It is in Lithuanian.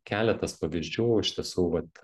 keletas pavyzdžių iš tiesų vat